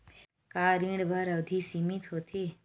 का ऋण बर अवधि सीमित होथे?